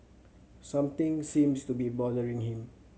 something seems to be bothering him